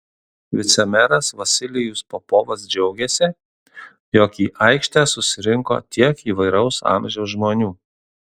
vicemeras vasilijus popovas džiaugėsi jog į aikštę susirinko tiek įvairaus amžiaus žmonių